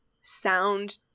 sound